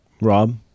rob